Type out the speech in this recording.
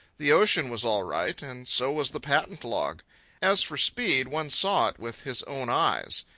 the ocean was all right, and so was the patent log as for speed, one saw it with his own eyes.